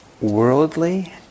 worldly